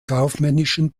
kaufmännischen